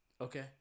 Okay